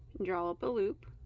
draw up a loop,